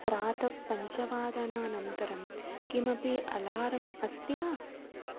प्रातःपञ्चवादनानन्तरं किमपि अलारम् अस्ति वा